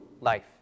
life